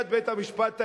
לנשיאת בית-המשפט העליון,